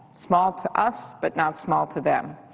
small to us but not small to them.